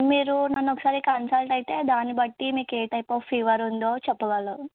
మీరు నన్ను ఒకసారి కన్సల్ట్ అయితే దాన్ని బట్టి మాకు ఏ టైప్ ఆఫ్ ఫీవర్ ఉందో చెప్పగలరు